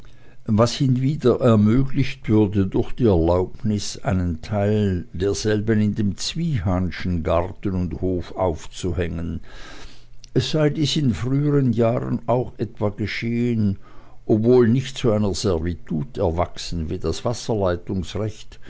was hinwieder ermöglicht würde durch die erlaubnis einen teil derselben in dem zwiehanschen garten und hof aufzuhängen es sei dies in früheren jahren auch etwa geschehen obwohl nicht zu einer servitut erwachsen wie das